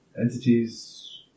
entities